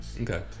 Okay